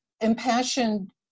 impassioned